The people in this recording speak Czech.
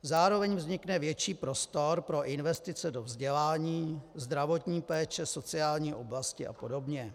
Zároveň vznikne větší prostor pro investice do vzdělání, zdravotní péče, sociální oblasti a podobně.